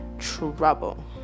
trouble